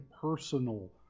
personal